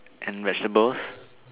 and vegetables